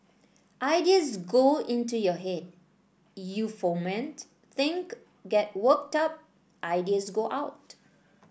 ideas go into your head you foment think get worked up ideas go out